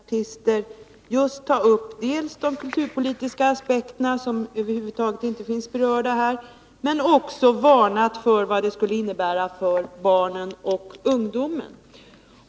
Fru talman! Också jag apostroferade Gunnel Jonäng, inte minst mot bakgrund av vad vi vid upprepade tillfällen hört Gunnel Jonäng och flera andra centerpartister dels ta upp de kulturpolitiska aspekterna, som över huvud taget inte finns berörda här, dels varna för vad en TV-satellit skulle innebära för barnen och ungdomen.